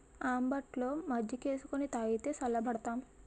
అంబట్లో మజ్జికేసుకొని తాగితే సల్లబడతాం